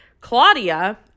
Claudia